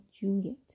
Juliet